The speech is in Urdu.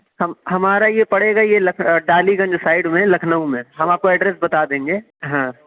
ہم ہمارا یہ پڑے گا یہ لکھ ڈالی گنج سائڈ میں لکھنؤ میں ہم آپ کو ایڈریس بتا دیں گے ہاں